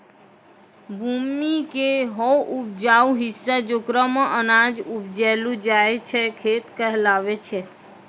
भूमि के हौ उपजाऊ हिस्सा जेकरा मॅ अनाज उपजैलो जाय छै खेत कहलावै छै